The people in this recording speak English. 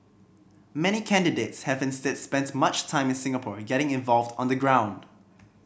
many candidates have instead spent much time in Singapore getting involved on the ground